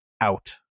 out